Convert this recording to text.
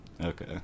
Okay